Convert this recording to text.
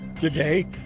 today